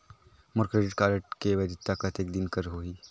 मोर credit card के वैधता कतेक दिन कर होही?